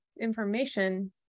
information